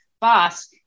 boss